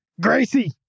Gracie